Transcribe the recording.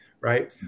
right